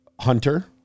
Hunter